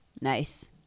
Nice